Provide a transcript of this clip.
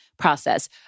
process